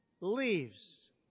leaves